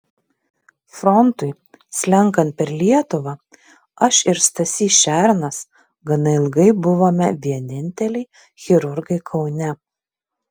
frontui slenkant per lietuvą aš ir stasys šernas gana ilgai buvome vieninteliai chirurgai kaune